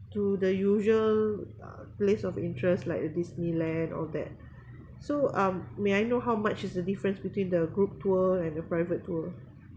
to the usual uh place of interest like the disneyland or that so um may I know how much is the difference between the group tour and the private tour